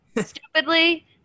stupidly